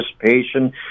participation